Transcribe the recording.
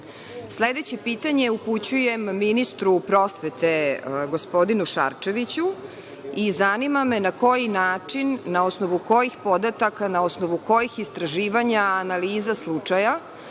godinu? Sledeće pitanje upućujem ministru prosvete, gospodinu Šarčeviću, i zanima me na koji način, na osnovu kojih podataka, na osnovu kojih istraživanja, analiza slučaja,